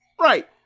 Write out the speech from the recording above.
right